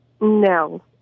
No